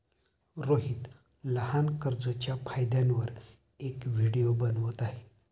रोहित लहान कर्जच्या फायद्यांवर एक व्हिडिओ बनवत आहे